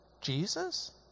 Jesus